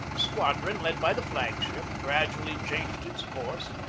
the squadron, led by the flag-ship, gradually changed its course,